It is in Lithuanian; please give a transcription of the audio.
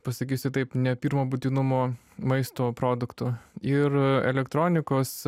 pasakysiu taip ne pirmo būtinumo maisto produktų ir elektronikos